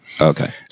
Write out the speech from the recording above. Okay